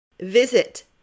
Visit